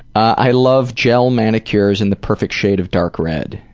i love gel manicures in the perfect shade of dark red.